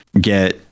get